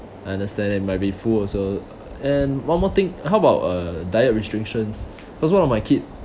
understand and might be full also and one more thing how about uh diet restrictions because one of my kid